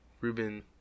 Ruben